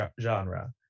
genre